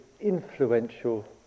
influential